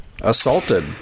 assaulted